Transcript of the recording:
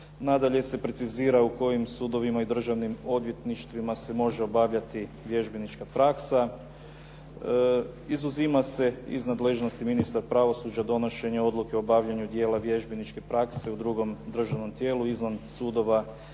Nadalje se precizira u kojim sudovima i državnim odvjetništvima se može obavljati vježbenička praksa. Izuzima se iz nadležnosti ministra pravosuđa donošenje odluke o obavljanju dijela vježbeničke prakse u drugom državnom tijelu izvan sudova